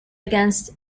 against